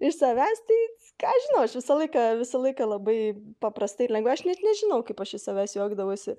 iš savęs tai ką žinau aš visą laiką visą laiką labai paprastai ir lengvai aš net nežinau kaip aš iš savęs juokdavausi